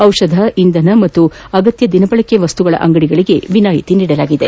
ಔಷಧ ಇಂಧನ ಮತ್ತು ಅಗತ್ಯ ದಿನಬಳಕೆಯ ವಸ್ತುಗಳ ಅಂಗಡಿಗಳಿಗೆ ವಿನಾಯಿತಿ ನೀಡಲಾಗಿದೆ